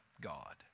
God